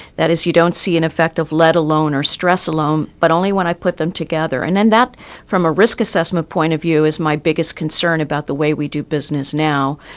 that is, you don't see an effect of lead alone or stress alone, but only when i put them together. and then that from a risk assessment point of view is my biggest concern about the way we do business now.